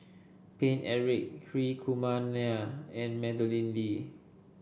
Paine Eric Hri Kumar Nair and Madeleine Lee